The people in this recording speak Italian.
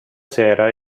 sera